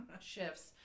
shifts